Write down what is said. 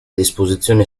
disposizione